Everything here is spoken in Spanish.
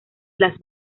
las